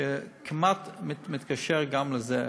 שכמעט מתקשר גם לזה.